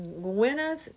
Gwyneth